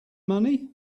money